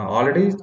Already